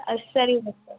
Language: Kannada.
ಅ ಸರಿ ಡಾಕ್ಟರ್